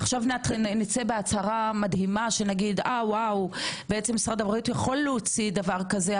עכשיו נצא בהצהרה מדהימה משרד הבריאות יכול להוציא דבר כזה,